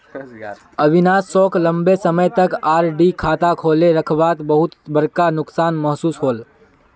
अविनाश सोक लंबे समय तक आर.डी खाता खोले रखवात बहुत बड़का नुकसान महसूस होल